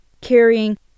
carrying